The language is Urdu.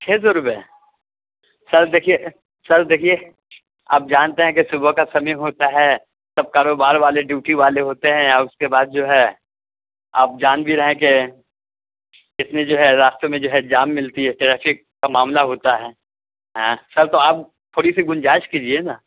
چھ سو روپے سر دیکھیے سر دیکھیے آپ جانتے ہیں کہ صبح کا سمے ہوتا ہے سب کاروبار والے ڈیوٹی والے ہوتے ہیں اور اس کے بعد جو ہے آپ جان بھی رہے ہیں کہ اس میں جو ہے راستوں میں جو ہے جام ملتی ہے ٹریفک کا معاملہ ہوتا ہے آں سر تو آپ تھوڑی سی گنجائش کیجیے نہ